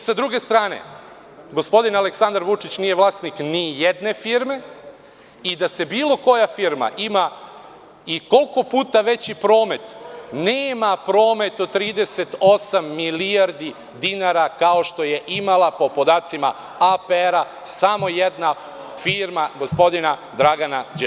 Sa druge strane, gospodin Aleksandar Vučić nije vlasnik ni jedne firme i da bilo koja firma ima koliko puta veći promet, nema promet od 38 milijardi dinara, kao što je imala, po podacima APR, samo jedna firma gospodina Dragana Đilasa.